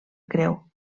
creu